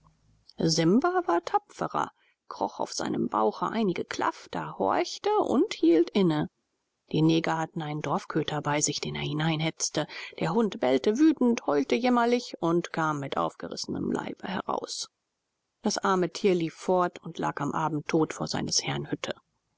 simba war tapfrer kroch auf seinem bauche einige klafter horchte und hielt inne die neger hatten einen dorfköter bei sich den er hineinhetzte der hund bellte wütend heulte jämmerlich und kam mit aufgerissenem leibe heraus das arme tier lief fort und lag am abend tot vor seines herrn hütte